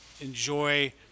enjoy